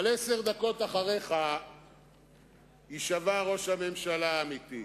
אבל עשר דקות אחריך יישבע ראש הממשלה האמיתי,